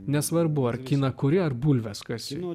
nesvarbu ar kiną kuria ar bulves kasime